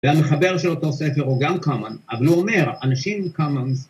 ‫והמחבר של אותו ספר הוא גם קאמן, ‫אבל הוא אומר, אנשים, קאמן...